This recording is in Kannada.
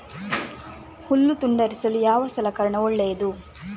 ಹುಲ್ಲು ತುಂಡರಿಸಲು ಯಾವ ಸಲಕರಣ ಒಳ್ಳೆಯದು?